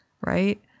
Right